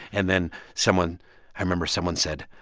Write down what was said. and then someone i remember someone said,